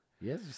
Yes